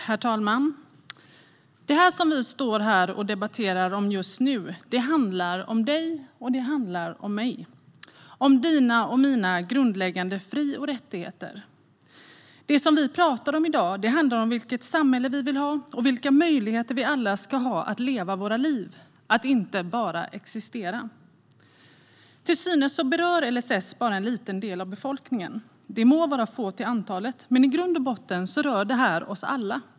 Herr talman! Det vi debatterar just nu handlar om dig och mig och om dina och mina grundläggande fri och rättigheter. Det som vi talar om i dag handlar om vilket samhälle vi vill ha och vilka möjligheter vi alla ska ha att leva våra liv och inte bara existera. Till synes berör LSS bara en liten del av befolkningen. De må vara få till antalet, men i grund och botten rör detta oss alla.